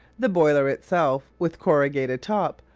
the boiler itself, with corrugated top,